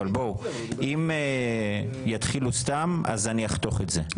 אבל אם יתחילו סתם אז אני אחתוך את זה,